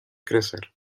crecer